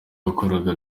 wakoraga